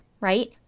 right